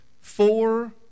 four